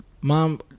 Mom